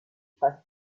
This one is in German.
fast